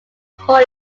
hole